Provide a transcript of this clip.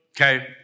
Okay